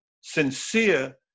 sincere